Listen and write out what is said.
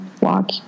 walk